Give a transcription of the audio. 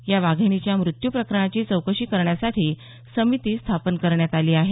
या वाघिणीच्या मृत्यू प्रकरणाची चौकशी करण्यासाठी समिती स्थापन करण्यात आली आहे